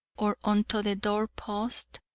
or unto the doorpost,